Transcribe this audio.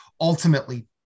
ultimately